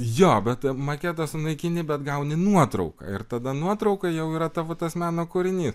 jo bet maketą sunaikini bet gauni nuotrauką ir tada nuotrauka jau yra tavo tas meno kūrinys